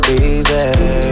easy